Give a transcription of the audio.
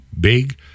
big